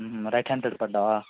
right hand side పడ్డావా